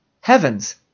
Heavens